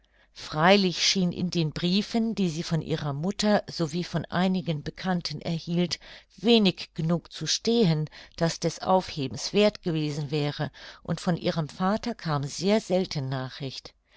freilich schien in den briefen die sie von ihrer mutter sowie von einigen bekannten erhielt wenig genug zu stehen das des aufhebens werth gewesen wäre und von ihrem vater kam sehr selten nachricht